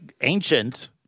ancient